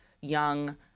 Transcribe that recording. young